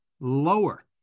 lower